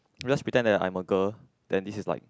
just pretend that I'm a girl then this is like